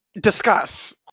discuss